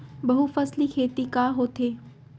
बहुफसली खेती का होथे?